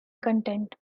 content